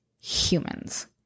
humans